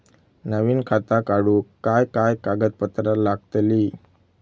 नवीन खाता काढूक काय काय कागदपत्रा लागतली?